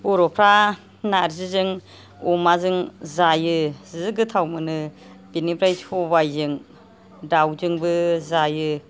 बर'फ्रा नार्जिजों अमाजों जायो जि गोथाव मोनो बिनिफ्राय सबायजों दाउजोंबो जायो